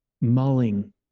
mulling